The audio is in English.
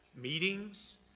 meetings